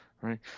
right